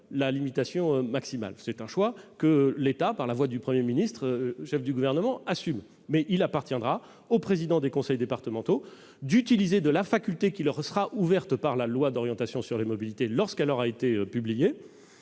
la limitation maximale à 80 kilomètres-heure, un choix qu'il assume par la voix du Premier ministre, chef du Gouvernement. Il appartiendra aux présidents des conseils départementaux d'utiliser la faculté qui leur sera ouverte par la loi d'orientation sur les mobilités, lorsqu'elle aura été publiée,